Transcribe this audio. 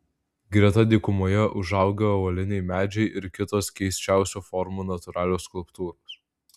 greta dykumoje užaugę uoliniai medžiai ir kitos keisčiausių formų natūralios skulptūros